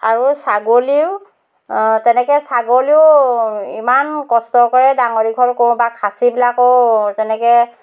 আৰু ছাগলীৰো তেনেকে ছাগলীও ইমান কষ্ট কৰে ডাঙৰ দীঘল কৰোঁ বা খাচীবিলাকো তেনেকে